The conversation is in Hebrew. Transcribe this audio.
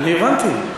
אני הבנתי.